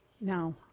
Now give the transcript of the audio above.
No